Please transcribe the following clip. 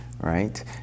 right